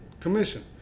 commission